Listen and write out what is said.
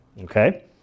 okay